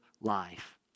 life